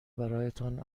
برایتان